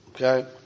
Okay